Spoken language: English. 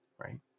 right